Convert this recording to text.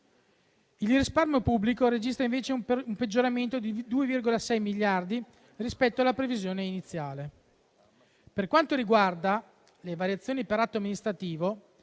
Il risparmio pubblico registra, invece, un peggioramento di 2,6 miliardi rispetto alla previsione iniziale. Per quanto riguarda le variazioni per atto amministrativo,